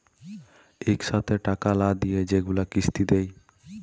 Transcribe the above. ইকসাথে টাকা লা দিঁয়ে যেগুলা কিস্তি দেয়